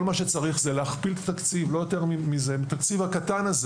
כל מה שצריך זה להכפיל את התקציב הקטן הזה